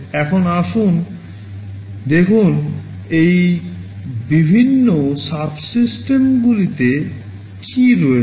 এখন আসুন দেখুন এই বিভিন্ন সাবসিস্টেমগুলিতে কী রয়েছে